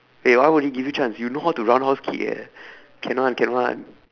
wait why would he give you chance you know how to round house kick eh can [one] can [one]